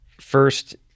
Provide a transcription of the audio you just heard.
First